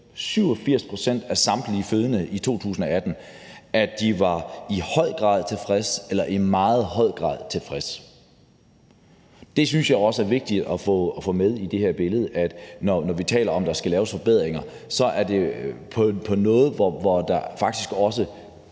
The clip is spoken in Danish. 87 pct. af samtlige fødende i 2018, at de i høj grad var tilfredse eller i meget høj grad tilfredse. Det synes jeg også er vigtigt at få med i det her billede. Når vi taler om, at der skal laves forbedringer, er det på et område, hvor der ud fra